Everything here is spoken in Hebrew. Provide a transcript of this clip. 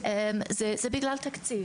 היא בגלל תקציב.